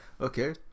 Okay